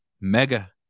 Mega